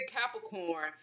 Capricorn